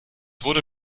wurde